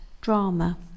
Drama